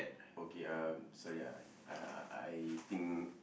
okay uh sorry ah I I I think